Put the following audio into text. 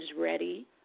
ready